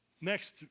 Next